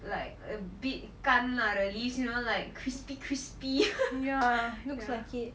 like a bit can lah release you know like crispy crispy ya looks like it